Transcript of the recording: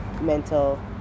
mental